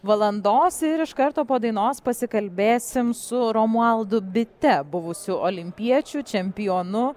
valandos ir iš karto po dainos pasikalbėsim su romualdu bite buvusiu olimpiečiu čempionu